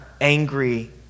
angry